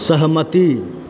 सहमति